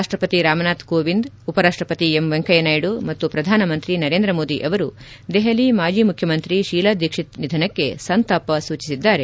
ರಾಷ್ಟ ಪತಿ ರಾಮನಾಥ್ ಕೋವಿಂದ್ ಉಪರಾಷ್ಟ ಪತಿ ಎಂ ವೆಂಕಯ್ಯನಾಯ್ದು ಮತ್ತು ಪ್ರಧಾನಮಂತ್ರಿ ನರೇಂದ್ರ ಮೋದಿ ಅವರು ದೆಹಲಿ ಮಾಜಿ ಮುಖ್ಯಮಂತ್ರಿ ಶೀಲಾ ದೀಕ್ಷಿತ್ ನಿಧನಕ್ಕೆ ಸಂತಾಪ ಸೂಚಿಸಿದ್ದಾರೆ